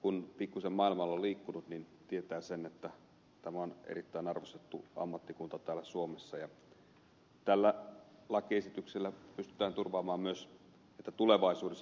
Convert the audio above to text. kun pikkusen maailmalla on liikkunut niin tietää sen että tämä on erittäin arvostettu ammattikunta täällä suomessa ja tällä lakiesityksellä pystytään turvaamaan myös että tulevaisuudessa tulee olemaan näin